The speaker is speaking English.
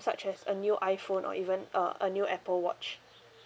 such as a new iphone or even a a new apple watch